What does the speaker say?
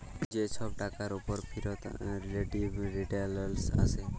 যে ছব টাকার উপর ফিরত রিলেটিভ রিটারল্স আসে